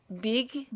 big